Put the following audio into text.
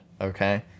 Okay